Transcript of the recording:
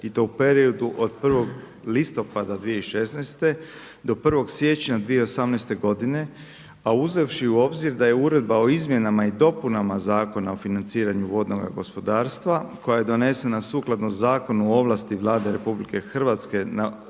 i to u periodu od 1. listopada 2016. do 1. siječnja 2018. godine, a uzevši u obzir da je Uredba o izmjenama i dopunama Zakona o financiranju vodnoga gospodarstva, koja je donesena sukladno Zakonu o ovlasti Vlade RH da